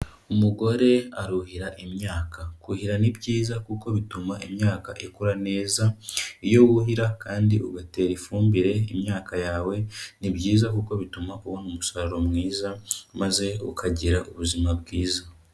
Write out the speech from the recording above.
Umugore aruhira imyaka kuhira ni byiza kuko bituma imyaka ikura neza iyo wuhira kandi ugatera ifumbire imyaka yawe, ni byiza kuko bituma ubona umusaruro mwiza maze ukagira ubuzima bwiza.